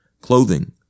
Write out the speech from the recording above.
Clothing